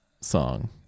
song